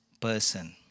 person